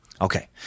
Okay